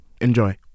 Enjoy